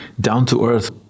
down-to-earth